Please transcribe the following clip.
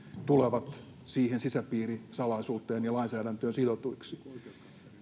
tulevat siihen sisäpiirin salaisuuteen ja lainsäädäntöön sidotuiksi